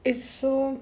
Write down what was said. it's so